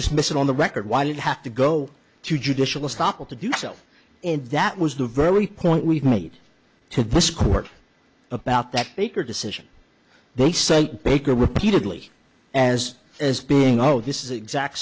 dismiss it on the record why do you have to go to judicial stoppel to do so and that was the very point we've made to this court about that baker decision they say baker repeatedly as as being oh this is the exact